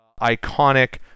iconic